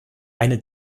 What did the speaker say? eine